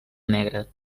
negre